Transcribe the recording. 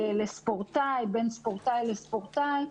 לספורטאי, בין ספורטאי לספורטאי.